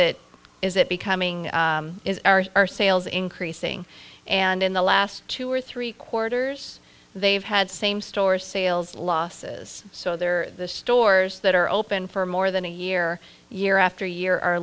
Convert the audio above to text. it is it becoming is our sales increasing and in the last two or three quarters they've had same store sales losses so they're the stores that are open for more than a year year after year are